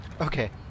Okay